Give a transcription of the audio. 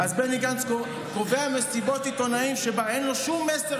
אז בני גנץ קובע מסיבת עיתונאים שבה אין לו שום מסר